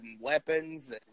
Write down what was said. weapons